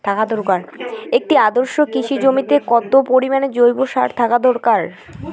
একটি আদর্শ কৃষি জমিতে কত পরিমাণ জৈব সার থাকা দরকার?